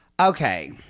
Okay